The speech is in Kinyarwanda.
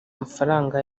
mafaranga